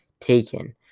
taken